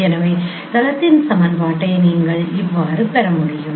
எனவே தளத்தின் சமன்பாட்டை நீங்கள் எவ்வாறு பெற முடியும்